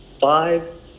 five